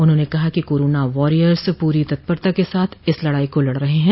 उन्होंने कहा कि कोरोना वारियर्स पूरी तत्परता के साथ इस लड़ाई को लड़ रहे हैं